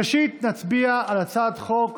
ראשית, נצביע על הצעת חוק